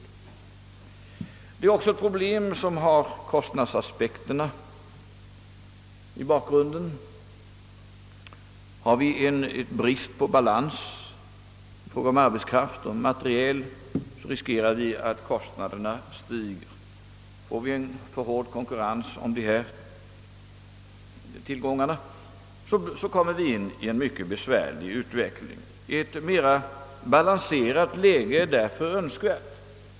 Detta är också ett problem på vilket man kan lägga kostnadsaspekter. Råder det bristande balans i fråga om tillgång på arbetskraft och material så riskerar man att kostnaderna stiger. Blir konkurrensen om dessa tillgångar för hård kommer vi i en mycket besvärlig situation. Ett mer balanserat läge är därför önskvärt.